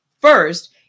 first